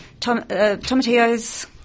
tomatillos